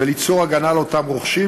וליצור הגנה לאותם רוכשים,